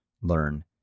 learn